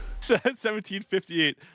1758